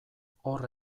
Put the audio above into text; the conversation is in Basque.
hor